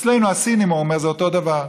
אצלנו, הסינים, הוא אומר, זה אותו דבר.